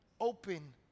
open